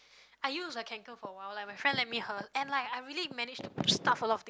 I use a Kanken for a while like my friend lend me her and like I really manage to stuff a lot of thing